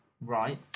right